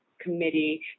committee